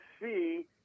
see